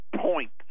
point